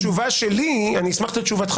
אני אומר לך שהתשובה שלי היא אני אשמח לתשובתך